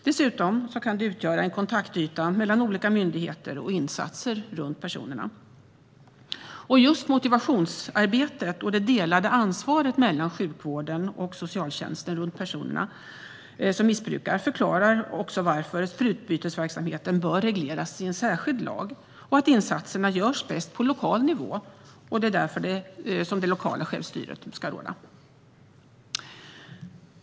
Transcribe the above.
Dessutom kan den utgöra en kontaktyta för olika myndigheter och insatser runt personerna. Just motivationsarbetet och det delade ansvaret mellan sjukvården och socialtjänsten runt personer som missbrukar förklarar också varför sprututbytesverksamheten bör regleras i en särskild lag och att insatserna görs bäst på lokal nivå och att det därför är det lokala självstyret ska råda.